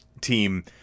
team